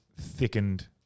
thickened